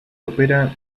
opera